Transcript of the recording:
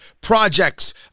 projects